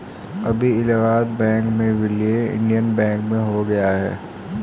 अभी इलाहाबाद बैंक का विलय इंडियन बैंक में हो गया है